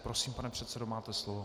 Prosím, pane předsedo, máte slovo.